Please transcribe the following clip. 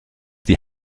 die